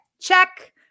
check